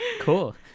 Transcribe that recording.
Cool